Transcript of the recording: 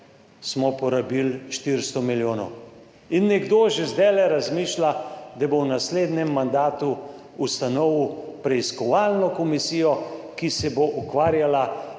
smo porabili 400 milijonov in nekdo že zdaj razmišlja, da bo v naslednjem mandatu ustanovil preiskovalno komisijo, ki se bo ukvarjala